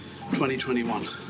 2021